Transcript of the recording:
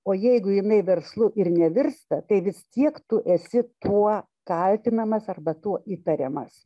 o jeigu jinai verslu ir nevirsta tai vis tiek tu esi tuo kaltinamas arba tuo įtariamas